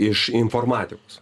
iš informatikos